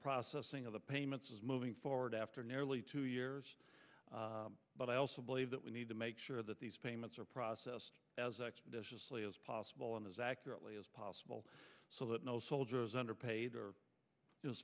processing of the payments is moving forward after nearly two years but i also believe that we need to make sure that these payments are processed as expeditiously as possible and as accurately as so that no soldiers under paid or i